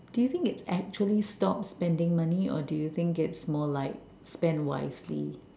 do you think is actually stop spending money or do you think is more like spend wisely